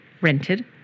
rented